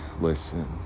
listen